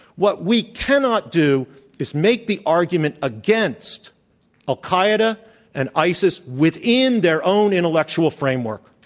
what we cannot do is make the argument against al-qaeda and isis within their own intellectual framework,